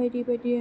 बायदि बायदि